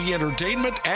Entertainment